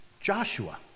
Joshua